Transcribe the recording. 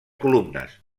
columnes